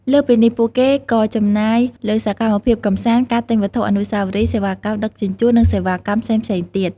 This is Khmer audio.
លើសពីនេះ ពួកគេក៏ចំណាយលើសកម្មភាពកម្សាន្ត ការទិញវត្ថុអនុស្សាវរីយ៍ សេវាកម្មដឹកជញ្ជូន និងសេវាកម្មផ្សេងៗទៀត។